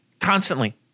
Constantly